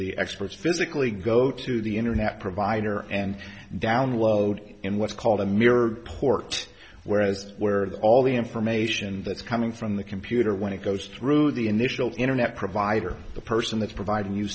the experts fizzy clee go to the internet provider and download in what's called a mirrored port whereas where all the information that's coming from the computer when it goes through the initial internet provider the person that's providing you